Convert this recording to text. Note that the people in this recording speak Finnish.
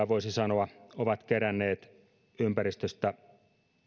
voisi sanoa ovat keränneet ympäristöstä